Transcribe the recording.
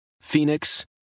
Phoenix